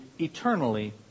eternally